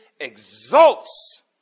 exalts